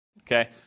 okay